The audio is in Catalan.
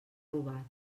robat